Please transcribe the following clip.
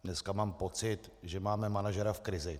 Dneska mám pocit, že máme manažera v krizi.